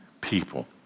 people